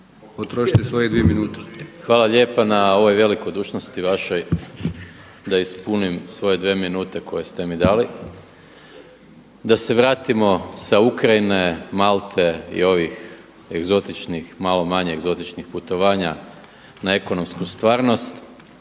**Maras, Gordan (SDP)** Hvala lijepa na ovoj velikodušnosti vašoj da ispunim svoje dvije minute koje ste mi dali. Da se vratimo sa Ukrajine, Malte i ovih egzotičnih i malo manje egzotičnih putovanja na ekonomsku stvarnost.